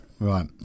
Right